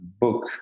book